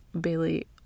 Bailey